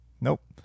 Nope